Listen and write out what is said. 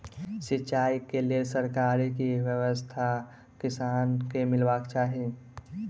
सिंचाई केँ लेल सरकारी की व्यवस्था किसान केँ मीलबाक चाहि?